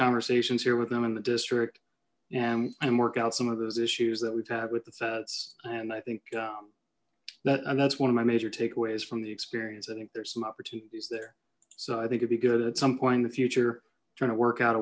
conversations here with them in the district and and work out some of those issues that we've had with the feds and i think that and that's one of my major takeaways from the experience i think there's some opportunities there so i think it'd be good at some point in the future trying to work out